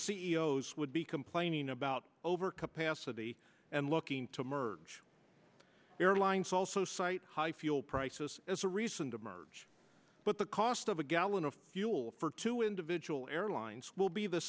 o s would be complaining about overcapacity and looking to merge airlines also cite high fuel prices as a recent emerge but the cost of a gallon of fuel for two individual airlines will be the